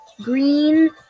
green